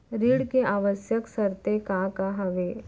ऋण के आवश्यक शर्तें का का हवे?